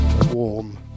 warm